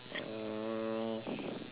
uh